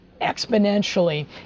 exponentially